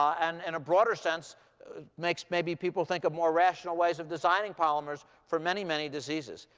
and in a broader sense, it makes maybe people think of more rational ways of designing polymers for many, many diseases.